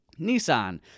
Nissan